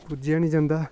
पुज्जेआ नि जंदा